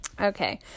okay